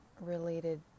related